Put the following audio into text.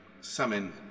summon